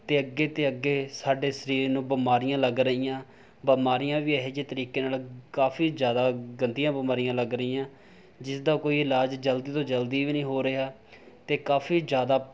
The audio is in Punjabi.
ਅਤੇ ਅੱਗੇ ਤੋਂ ਅੱਗੇ ਸਾਡੇ ਸਰੀਰ ਨੂੰ ਬਿਮਾਰੀਆਂ ਲੱਗ ਰਹੀਆਂ ਬਿਮਾਰੀਆਂ ਵੀ ਇਹੋ ਜਿਹੇ ਤਰੀਕੇ ਨਾਲ ਕਾਫੀ ਜ਼ਿਆਦਾ ਗੰਦੀਆਂ ਬਿਮਾਰੀਆਂ ਲੱਗ ਰਹੀਆਂ ਜਿਸ ਦਾ ਕੋਈ ਇਲਾਜ ਜਲਦੀ ਤੋਂ ਜਲਦੀ ਵੀ ਨਹੀਂ ਹੋ ਰਿਹਾ ਅਤੇ ਕਾਫੀ ਜ਼ਿਆਦਾ